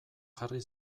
jarri